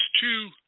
two